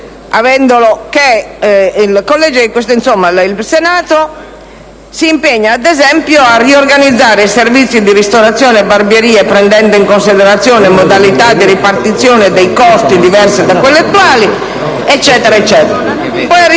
dice che il Senato si impegna, ad esempio, «a riorganizzare i servizi di ristorazione e barbieria, prendendo in considerazione modalità di ripartizione dei costi diversi da quelli attuali». Poi, arriviamo